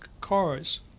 cars